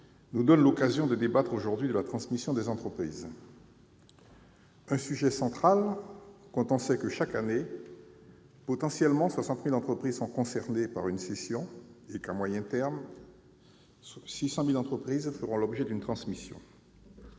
nous donne l'occasion de débattre aujourd'hui de la transmission des entreprises, un sujet central quand on sait que, chaque année, 60 000 entreprises sont potentiellement concernées par une cession et que, à moyen terme, 600 000 entreprises feront l'objet d'une transmission.